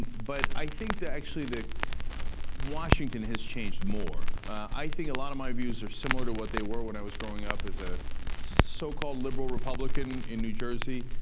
but i think that, actually, washington has changed more. i think a lot of my views are similar to what they were when i was growing up as a so-called liberal republican in new jersey.